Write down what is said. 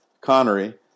Connery